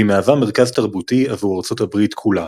והיא מהווה מרכז תרבותי עבור ארצות הברית כולה.